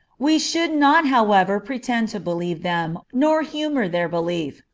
we should not however pretend to believe them, nor humor their belief,